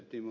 timo